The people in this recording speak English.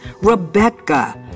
Rebecca